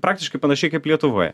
praktiškai panašiai kaip lietuvoje